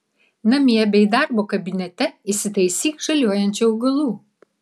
namie bei darbo kabinete įsitaisyk žaliuojančių augalų